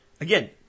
Again